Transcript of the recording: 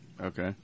Okay